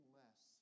less